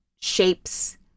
shapes